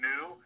new